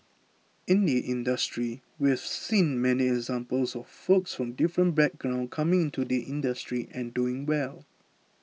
in the industry we've seen many examples of folks from different backgrounds coming into the industry and doing well